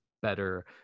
better